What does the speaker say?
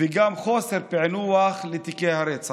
וגם חוסר פענוח לתיקי הרצח.